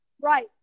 right